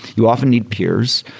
you often need peers.